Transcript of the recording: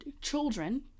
children